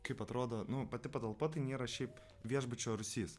kaip atrodo nu pati patalpa tai nėra šiaip viešbučio rūsys